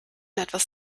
etwas